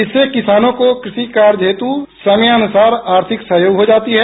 इससे किसानों को कृषि कार्य हेत् समयानुसार आर्थिक सहयोग हो जाती है